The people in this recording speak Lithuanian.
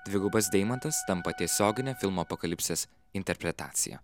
dvigubas deimantas tampa tiesiogine filmo apokalipsės interpretacija